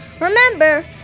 Remember